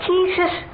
Jesus